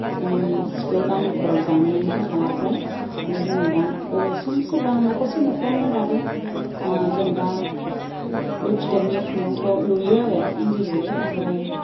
सिखौ गामिफोराव दानायानो जाखाला फ्राय ओमफाय जोङो दा गोबाव सम सोरबा न'खरसे न'खरनैया दाबो जेनेबा बे फिथोबनि खुन्दुंखौ लुयो आरो इन्दि लुयो ओमफ्राय